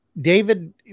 David